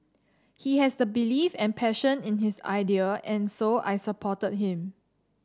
he has the belief and passion in his idea and so I supported him